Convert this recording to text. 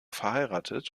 verheiratet